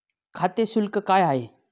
खाते शुल्क काय आहे?